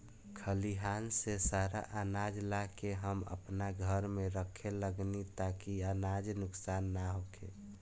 खलिहान से सारा आनाज ला के हम आपना घर में रखे लगनी ताकि अनाज नुक्सान ना होखे